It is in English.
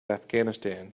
afghanistan